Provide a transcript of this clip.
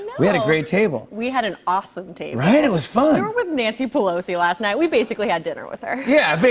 we had a great table. we had an awesome table. right? it was fun. we were with nancy pelosi last night, we basically had dinner with her. yeah. but